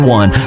one